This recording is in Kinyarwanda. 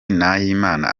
nahimana